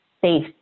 safe